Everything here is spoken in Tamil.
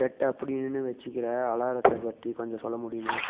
பெட் அப்படின்னு வச்சுக்குற அலாரத்தைப் பற்றி கொஞ்சம் சொல்ல முடியுமா